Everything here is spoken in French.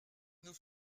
nous